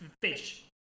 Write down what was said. fish